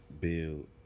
Build